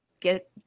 Get